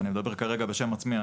אני מדבר כרגע בשם עצמי.